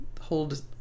hold